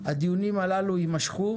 הדיונים הללו יימשכו,